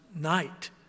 night